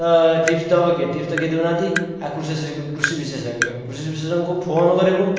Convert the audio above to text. ତ ଟିପ୍ସ ଦେବ କିଏ ଟିପ୍ସ ତ କେହି ଦେଉନାହାନ୍ତି ଆଉ କୃଷି କୃଷି ବିଶେଷଜ୍ଞ କୃଷି ବିଶେଷଜ୍ଞଙ୍କୁ ଫୋନ୍ କରିବୁ ସେ